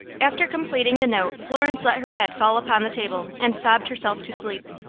after completing the note, florence let her head fall upon the table, and sobbed herself to sleep.